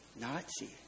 Nazi